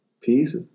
peace